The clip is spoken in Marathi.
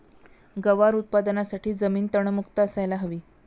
गवार उत्पादनासाठी जमीन तणमुक्त असायला हवी